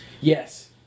Yes